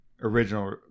original